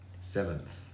Seventh